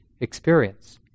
experience